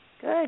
good